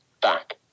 back